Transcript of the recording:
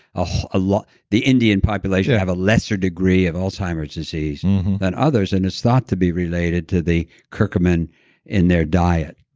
ah ah the indian population have a lesser degree of alzheimer's disease than others and it's thought to be related to the curcumin in their diet